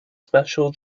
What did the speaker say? special